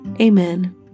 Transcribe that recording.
Amen